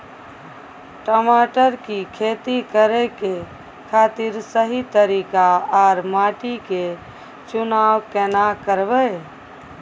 टमाटर की खेती करै के खातिर सही तरीका आर माटी के चुनाव केना करबै?